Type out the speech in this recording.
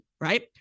right